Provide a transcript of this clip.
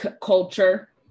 culture